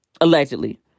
Allegedly